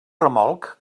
remolc